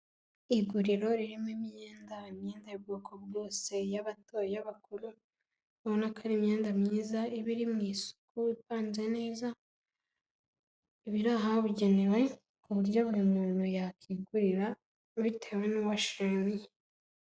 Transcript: Iguriro ririmo imyenda, imyenda y'ubwoko bwose iy'abato, iy’abakuru, urabona ko ari imyenda myiza iba iri mu isuku, ipanze neza, iba iri ahabugenewe ku buryo buri muntu yakingurira bitewe n'uwo ashimye.